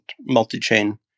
multi-chain